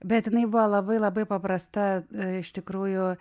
bet jinai buvo labai labai paprasta iš tikrųjų